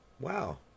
Wow